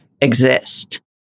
exist